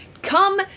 Come